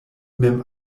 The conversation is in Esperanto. mem